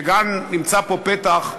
שגם נמצא פה פתח,